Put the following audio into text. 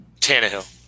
Tannehill